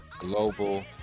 global